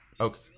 Okay